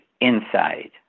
inside